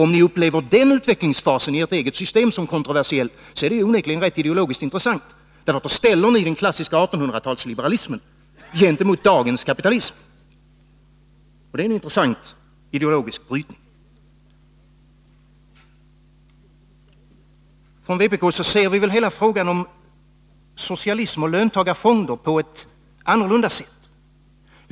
Om ni upplever den utvecklingsfasen i ert eget system som kontroversiell, är det onekligen ideologiskt intressant. Då ställer ni den klassiska 1800-talsliberalismen gentemot dagens kapitalism. Det är en intressant ideologisk brytning. Från vpk ser vi hela frågan om socialism och löntagarfonder på ett helt annat sätt.